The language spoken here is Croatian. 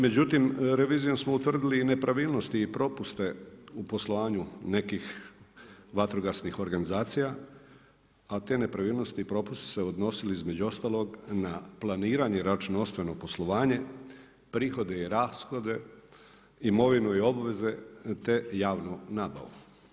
Međutim, revizijom smo utvrdili i nepravilnosti i propuste u poslovanju nekih vatrogasnih organizacija, a te nepravilnosti i propusti su se odnosili između ostalog na planiranje računovodstvenog poslovanja, prihode i rashode, imovinu i obveze te javnu nabavu.